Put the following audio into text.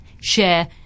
share